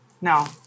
No